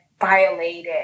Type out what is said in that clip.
violated